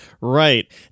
Right